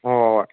ꯍꯣꯏ ꯍꯣꯏ ꯍꯣꯏ